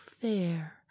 fair